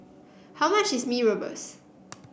how much is Mee Rebus